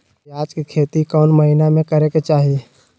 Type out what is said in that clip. प्याज के खेती कौन महीना में करेके चाही?